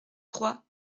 trois